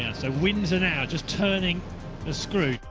so windsor now just turning the screw.